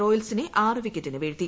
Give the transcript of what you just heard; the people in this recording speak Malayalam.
റോയൽസിനെ ആറ് വിക്കറ്റിന് വീഴ്ത്തി